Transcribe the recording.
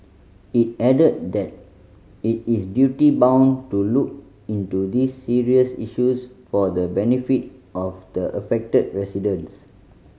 it added that it is duty bound to look into these serious issues for the benefit of the affected residents